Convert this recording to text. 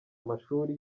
amashuri